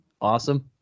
Awesome